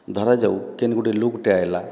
ଧାରାଯାଉ କେନ୍ ଗୁଟେ ଲୋକଟେ ଆଇଲା